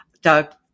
Doug